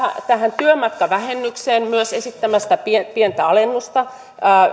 tähän työmatkavähennykseen esittämässä pientä pientä alennusta